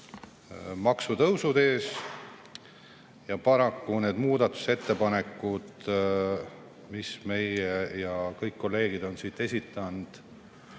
maksutõusud ees. Ja paraku need muudatusettepanekud, mille meie ja kõik teised kolleegid on siin esitanud,